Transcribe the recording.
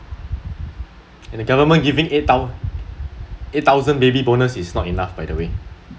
and the government giving eight thou~ eight thousand baby bonus is not enough by the way